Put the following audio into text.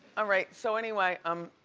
ah right, so anyway, um